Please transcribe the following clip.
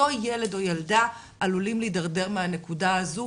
אותו ילד או ילדה עלולים להידרדר מהנקודה הזו,